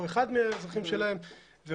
או אחד מבני הזוג אזרח שלהם וכדומה.